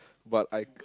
but I k~